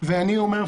ואני אומר,